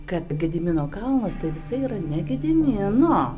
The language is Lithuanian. kad gedimino kalnas tai visai yra ne gedimino